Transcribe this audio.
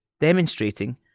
demonstrating